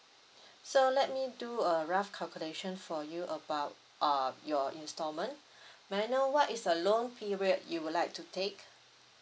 so let me do a rough calculation for you about uh your installment may I know what is the loan period you would like to take